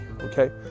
okay